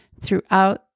throughout